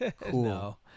Cool